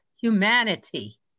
humanity